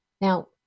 Now